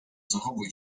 zachowuj